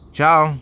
Ciao